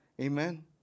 Amen